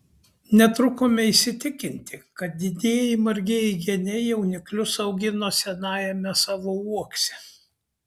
netrukome įsitikinti kad didieji margieji geniai jauniklius augino senajame savo uokse